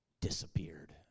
disappeared